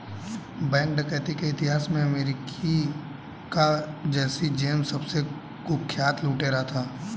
bank डकैती के इतिहास में अमेरिका का जैसी जेम्स सबसे कुख्यात लुटेरा था